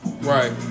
Right